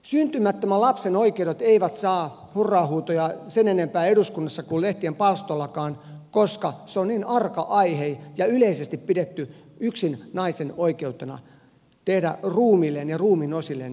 syntymättömän lapsen oikeudet eivät saa hurraa huutoja sen enempää eduskunnassa kuin lehtien palstoillakaan koska se on niin arka aihe ja yleisesti on pidetty yksin naisen oikeutena tehdä ruumilleen ja ruumiinosilleen mitä haluaa